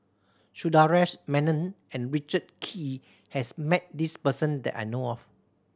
Sundaresh Menon and Richard Kee has met this person that I know of